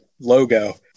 logo